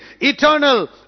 eternal